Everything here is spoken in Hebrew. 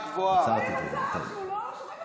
וגם את, נוסיף לו, שיספיק.